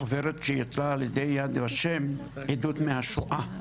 חוברת שיצאה על ידי יד ושם, עדות מהשואה.